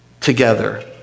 together